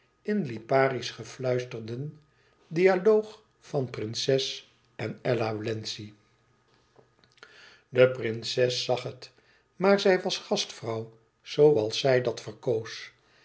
in liparisch gefluisterden dialoog van de prinses en ella wlenzci de prinses zag het maar zij was gastvrouw zooals zij dat verkoos